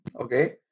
okay